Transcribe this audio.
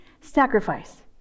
sacrifice